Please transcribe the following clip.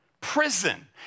Prison